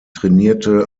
trainierte